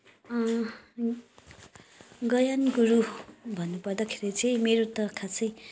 गायन गुरु भन्नुपर्दाखेरि चाहिँ मेरो त खासै